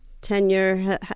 tenure